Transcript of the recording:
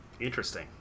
Interesting